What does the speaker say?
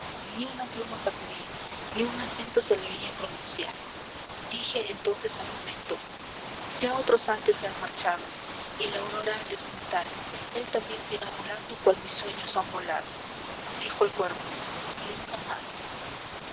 vinculada ni una pluma sacudía ni un acento se le oía pronunciar dije entonces al momento ya otros antes se han marchado y la aurora al despuntar él también se irá volando cual mis sueños han volado dijo el cuervo nunca más